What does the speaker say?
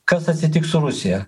kas atsitiks su rusija